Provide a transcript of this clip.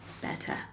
better